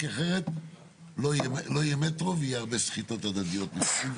כי אחרת לא יהיה מטרו ויהיו הרבה סחיטות הדדיות בפנים.